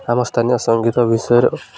ଆମ ସ୍ଥାନୀୟ ସଙ୍ଗୀତ ବିଷୟରେ